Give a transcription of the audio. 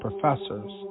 professors